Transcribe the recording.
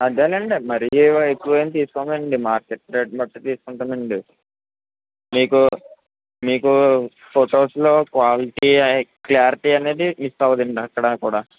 అదేనండి మరీ ఎక్కువేం తీస్కోమండి మార్కెట్ రేట్ని బట్టే తీస్కుంటామండి మీకు మీకూ ఫోటోస్లో క్వాలిటీ క్లారిటీ అనేది మిస్సవ్వదండి ఎక్కడా కూడా